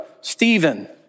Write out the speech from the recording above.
Stephen